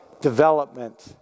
development